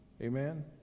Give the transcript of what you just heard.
Amen